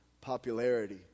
popularity